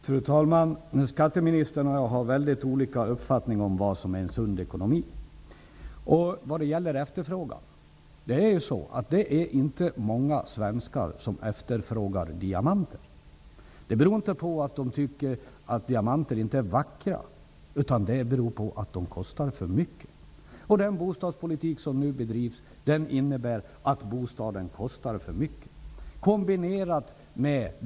Fru talman! Skatteministern och jag har väldigt olika uppfattning om vad som är en sund ekonomi. Det är inte många svenskar som efterfrågar diamanter. Men det beror inte på att man inte tycker att diamanter är vackra, utan det beror på att diamanter kostar för mycket. Den bostadspolitik som nu bedrivs innebär att bostaden kostar för mycket.